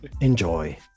enjoy